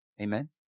Amen